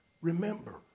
Remember